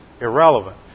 irrelevant